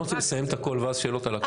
אולי נסיים הכול ואז שאלות על הכול?